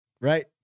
right